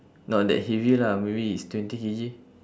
not that heavy lah maybe it's twenty K_G